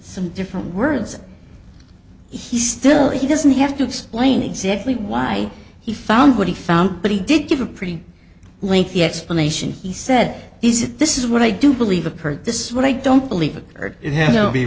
some different words he still he doesn't have to explain exactly why he found what he found but he did give a pretty lengthy explanation he said is it this is what i do believe occurred this is what i don't believe it or it has no be